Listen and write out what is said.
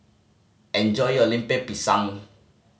enjoy your Lemper Pisang